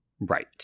Right